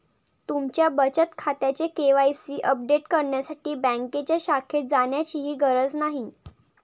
तुमच्या बचत खात्याचे के.वाय.सी अपडेट करण्यासाठी बँकेच्या शाखेत जाण्याचीही गरज नाही